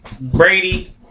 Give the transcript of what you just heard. Brady